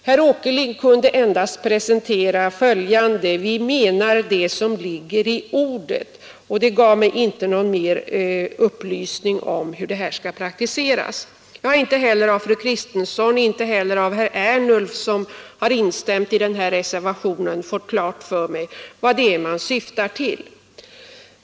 Herr Åkerlind kunde endast presentera följande: ”Vi menar det som ligger i ordet.” Det gav mig inte någon mera upplysning om hur detta skall praktiseras. Jag har inte heller av fru Kristensson eller av herr Ernulf, som instämt i denna reservation, fått klart för mig vad det är man syftar till.